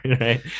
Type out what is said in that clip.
right